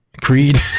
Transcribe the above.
Creed